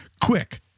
quick